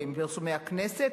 מפרסומי הכנסת,